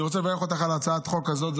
אני רוצה לברך אותך על הצעת החוק הזאת.